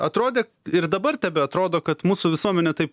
atrodė ir dabar tebeatrodo kad mūsų visuomenė taip